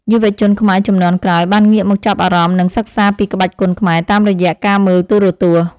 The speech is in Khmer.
យុវជនខ្មែរជំនាន់ក្រោយបានងាកមកចាប់អារម្មណ៍ និងសិក្សាពីក្បាច់គុនខ្មែរតាមរយៈការមើលទូរទស្សន៍។